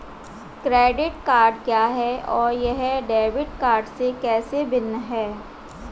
Credit card क्या है और यह डेबिट कार्ड से कैसे भिन्न है?